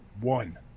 One